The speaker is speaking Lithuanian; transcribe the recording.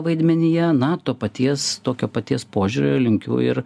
vaidmenyje na to paties tokio paties požiūrio linkiu ir